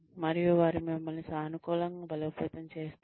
మరియు వారు మిమ్మల్ని సానుకూలంగా బలోపేతం చేస్తారు